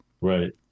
Right